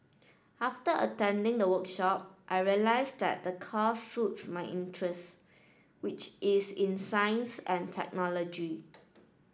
after attending the workshop I realised that the course suits my interest which is in science and technology